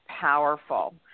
powerful